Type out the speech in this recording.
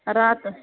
راتَس